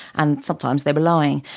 and sometimes they were lying.